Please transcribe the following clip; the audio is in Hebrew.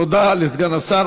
תודה לסגן השר.